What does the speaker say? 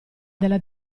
della